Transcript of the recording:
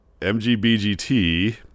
MGBGT